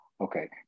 okay